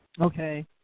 Okay